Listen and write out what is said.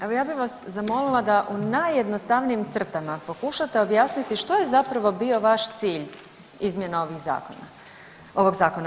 Evo ja bih vas zamolila da u najjednostavnijim crtama pokušate objasniti što je zapravo bio vaš cilj izmjena ovih zakona, ovog zakona?